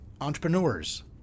entrepreneurs